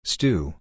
Stew